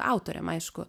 autoriam aišku